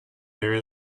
there